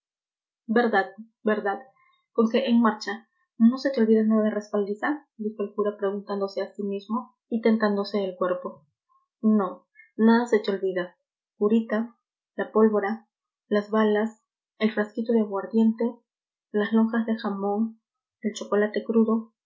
verdad verdad con que en marcha no se te olvida nada respaldiza dijo el cura preguntándose a sí mismo y tentándose el cuerpo no nada se te olvida curita la pólvora las balas el frasquito de aguardiente las lonjas de jamón el chocolate crudo